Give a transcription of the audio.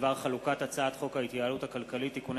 בדבר חלוקת הצעת חוק ההתייעלות הכלכלית (תיקוני